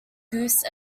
goose